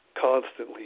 constantly